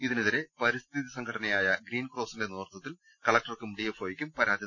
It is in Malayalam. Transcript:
ഇതിനെതിരെ പരി സ്ഥിതി സംഘടനയായ ഗ്രീൻ ക്രോസിന്റെ നേതൃത്വത്തിൽ കലക്ടർക്കും ഡി എഫ് ഒയ്ക്കും പരാതി നൽകി